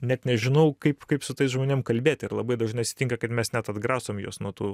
net nežinau kaip kaip su tais žmonėm kalbėt ir labai dažnai atsitinka kad mes net atgrasom juos nuo tų